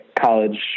college